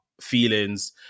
feelings